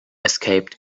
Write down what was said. escaped